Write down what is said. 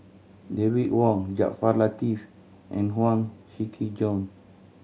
David Wong Jaafar Latiff and Huang Shiqi Joan